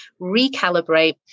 recalibrate